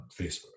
Facebook